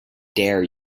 dare